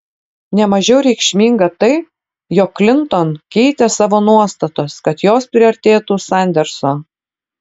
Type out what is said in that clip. ne mažiau reikšminga tai jog klinton keitė savo nuostatas kad jos priartėtų sanderso